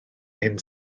hyn